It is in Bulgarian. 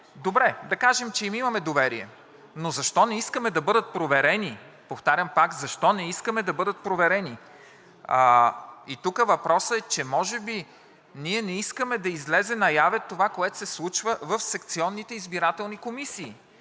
добре, да кажем, че им имаме доверие, но защо не искаме да бъдат проверени, повтарям пак, защо не искаме да бъдат проверени? И тук въпросът е, че може би ние не искаме да излезе наяве това, което се случва в секционните избирателни комисии,